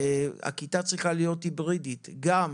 הכיתה צריכה להיות היברידית, גם